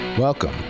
welcome